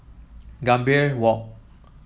Gambir Walk